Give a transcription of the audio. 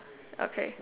okay